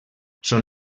són